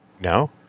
No